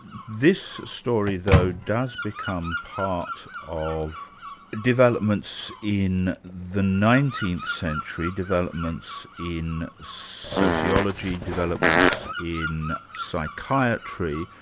this story though does become part of developments in the nineteenth century, developments in sociology, developments in psychiatry,